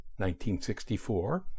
1964